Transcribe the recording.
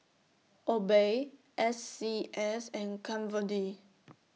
Obey S C S and Kat Von D